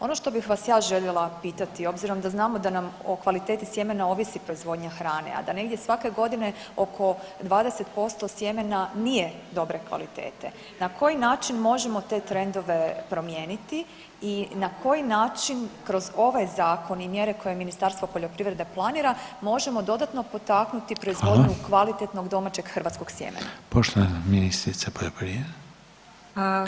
Ono što bih vas ja željela pitati obzirom da znamo da nam o kvaliteti sjemena ovisi proizvodnja hrane, a da negdje svake godine oko 20% sjemena nije dobre kvalitete, na koji način možemo te trendove promijeniti i na koji način kroz ovaj zakon i mjere koje Ministarstvo poljoprivrede planira možemo dodatno potaknuti proizvodnju [[Upadica: Hvala.]] kvalitetnog domaćeg hrvatskog sjemena.